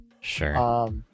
Sure